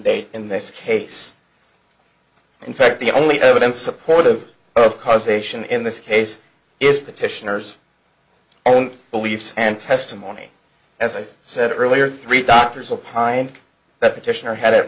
date in this case in fact the only evidence supportive of causation in this case is petitioners own beliefs and testimony as i said earlier three doctors a pint but petitioner had